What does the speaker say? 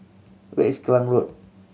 where is Klang Road